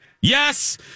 Yes